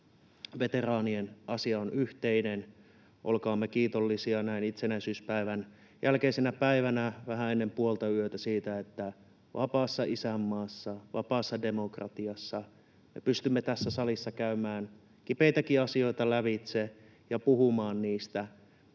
Veteraanien asia on yhteinen. Olkaamme kiitollisia näin itsenäisyyspäivän jälkeisenä päivänä vähän ennen puoltayötä siitä, että vapaassa isänmaassa, vapaassa demokratiassa me pystymme tässä salissa käymään kipeitäkin asioita lävitse ja puhumaan niistä.